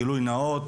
גילוי נאות